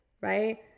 right